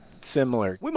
similar